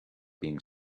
being